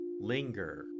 Linger